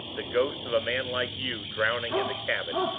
the ghost of a man like you, drowning in the cabin!